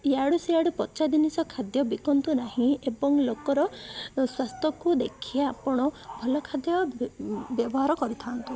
ଇଆଡ଼ୁ ସିଆଡ଼ୁ ପଚା ଜିନିଷ ଖାଦ୍ୟ ବିକନ୍ତୁ ନାହିଁ ଏବଂ ଲୋକର ସ୍ୱାସ୍ଥ୍ୟକୁ ଦେଖି ଆପଣ ଭଲ ଖାଦ୍ୟ ବ୍ୟବହାର କରିଥାନ୍ତୁ